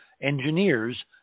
engineers